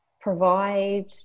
provide